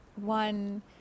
one